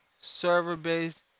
server-based